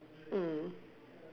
mm